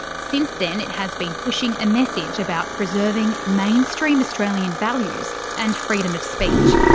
since then, it has been pushing a message about preserving mainstream australian values and freedom of speech.